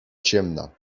ciemna